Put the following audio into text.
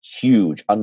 huge